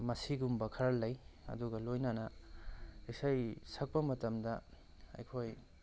ꯃꯁꯤꯒꯨꯝꯕ ꯈꯔ ꯂꯩ ꯑꯗꯨꯒ ꯂꯣꯏꯅꯅ ꯏꯁꯩ ꯁꯛꯄ ꯃꯇꯝꯗ ꯑꯩꯈꯣꯏ